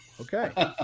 Okay